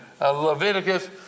Leviticus